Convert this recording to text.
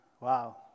Wow